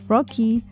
Rocky